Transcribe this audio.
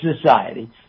society